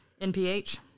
NPH